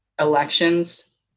elections